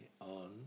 on